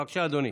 בבקשה, אדוני.